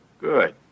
Good